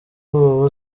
ubu